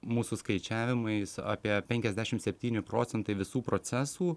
mūsų skaičiavimais apie penkiasdešim septyni procentai visų procesų